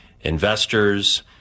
investors